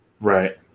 Right